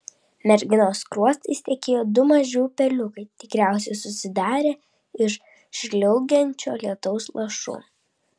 merginos skruostais tekėjo du maži upeliukai tikriausiai susidarę iš žliaugiančio lietaus lašų